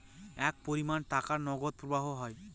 এক পরিমান টাকার নগদ প্রবাহ হয়